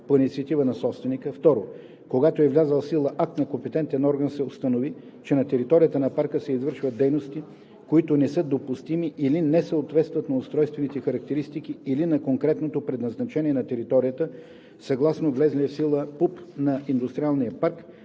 по инициатива на собственика; 2. когато с влязъл в сила акт на компетентен орган се установи, че на територията на парка се извършват дейности, които не са допустими или не съответстват на устройствените характеристики или на конкретното предназначение на територията съгласно влезлия в сила ПУП на ИП или